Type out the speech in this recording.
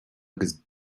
agus